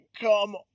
come